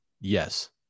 Yes